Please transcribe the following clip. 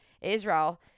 Israel